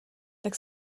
tak